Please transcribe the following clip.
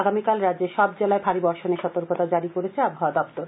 আগামীকাল রাজ্যের সবজেলায় ভারী বর্ষণের সতর্কতা জারি করেছে আবহাওয়া দপ্তর